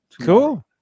cool